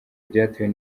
byatewe